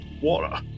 water